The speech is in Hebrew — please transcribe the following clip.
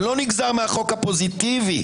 לא נגזר מהחוק הפוזיטיבי.